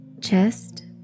chest